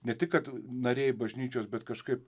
ne tik kad norėjai bažnyčios bet kažkaip